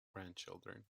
grandchildren